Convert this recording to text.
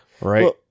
right